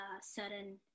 certain